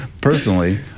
personally